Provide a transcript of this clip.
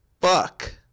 fuck